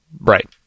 Right